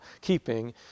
keeping